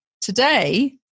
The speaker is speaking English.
Today